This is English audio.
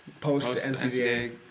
Post-NCDA